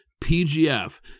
PGF